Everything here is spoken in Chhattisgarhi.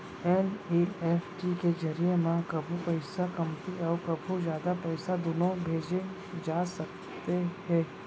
एन.ई.एफ.टी के जरिए म कभू पइसा कमती अउ कभू जादा पइसा दुनों भेजे जा सकते हे